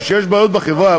או שיש בעיות בחברה,